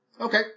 Okay